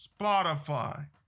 Spotify